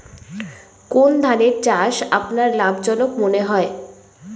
কোন ধানের চাষ আপনার লাভজনক মনে হয়?